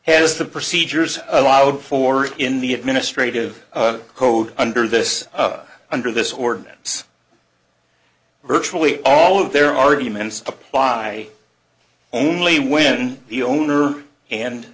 has the procedures allowed for in the administrative code under this under this ordinance virtually all of their arguments apply only when the owner and